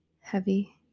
heavy